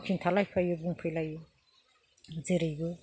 खिन्थालायफैयो बुंलायफैयो जेरैबो